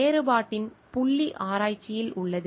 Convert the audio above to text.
வேறுபாட்டின் புள்ளி ஆராய்ச்சியில் உள்ளது